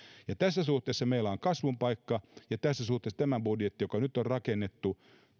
tässä suhteessa meillä on kasvun paikka ja tässä suhteessa tämä budjetti joka nyt on rakennettu